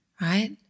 right